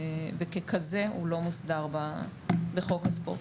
וככזה הוא לא מוסדר בחוק הספורט.